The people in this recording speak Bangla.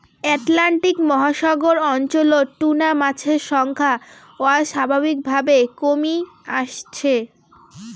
অ্যাটলান্টিক মহাসাগর অঞ্চলত টুনা মাছের সংখ্যা অস্বাভাবিকভাবে কমি আসছে